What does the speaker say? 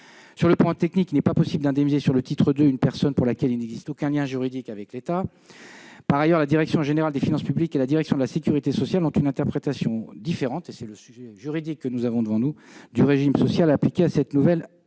sur le plan technique, il n'est pas possible d'indemniser sur le titre II une personne pour laquelle il n'existe aucun lien juridique avec l'État. D'autre part, la direction générale des finances publiques et la direction de la sécurité sociale ont une interprétation différente- c'est le sujet juridique que nous avons devant nous -du régime social appliqué à cette nouvelle allocation.